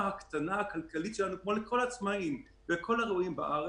הקטנה הכלכלית שלנו כמו לכל העצמאים בארץ,